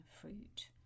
fruit